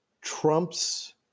Trump's